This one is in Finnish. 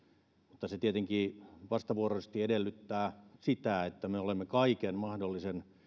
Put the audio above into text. mutta se tietenkin vastavuoroisesti edellyttää sitä että me olemme kaiken mahdollisen